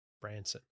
Branson